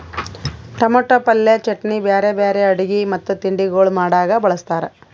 tomato ಪಲ್ಯ, ಚಟ್ನಿ, ಬ್ಯಾರೆ ಬ್ಯಾರೆ ಅಡುಗಿ ಮತ್ತ ತಿಂಡಿಗೊಳ್ ಮಾಡಾಗ್ ಬಳ್ಸತಾರ್